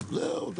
זהו.